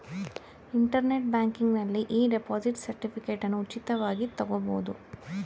internet ಬ್ಯಾಂಕಿಂಗ್ನಲ್ಲಿ ಇ deposit ಸರ್ಟಿಫಿಕೇಟನ್ನ ಉಚಿತವಾಗಿ ತಗೊಬೋದು